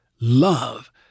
love